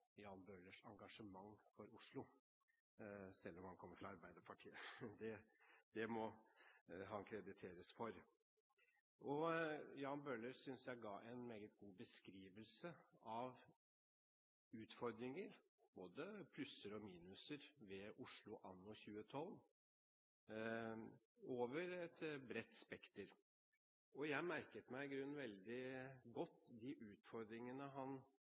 Jan Bøhlers engasjement for Oslo, selv om han kommer fra Arbeiderpartiet. Det må han krediteres for. Jeg synes Jan Bøhler ga en meget god beskrivelse av utfordringer, både plusser og minuser, ved Oslo anno 2012 over et bredt spekter. Jeg merket meg i grunnen veldig godt de utfordringene han